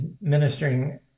ministering